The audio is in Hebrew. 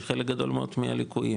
שחלק גדול מאוד מהליקויים,